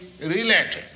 related